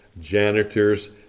janitors